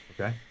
okay